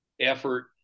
effort